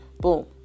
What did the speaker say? Boom